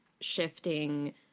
shifting